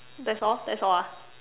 that's all that's all ah